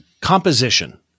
Composition